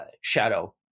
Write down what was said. shadow